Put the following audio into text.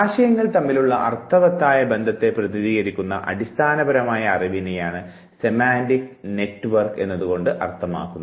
ആശയങ്ങൾ തമ്മിലുള്ള അർത്ഥവത്തായ ബന്ധത്തെ പ്രതിനിധീകരിക്കുന്ന അടിസ്ഥാനപരമായ അറിവിനെയാണ് സെമാൻറിക് ശൃംഖല എന്നതുകൊണ്ട് അർത്ഥമാക്കുന്നത്